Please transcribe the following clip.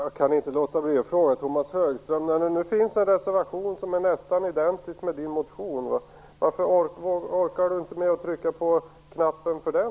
Herr talman! När det nu finns en reservation som är nästan identisk med Tomas Högströms motion kan jag inte låta bli att fråga varför han inte kan trycka på knappen för den.